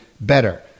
better